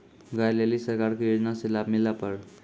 गाय ले ली सरकार के योजना से लाभ मिला पर?